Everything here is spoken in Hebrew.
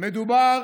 מדובר